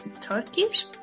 Turkish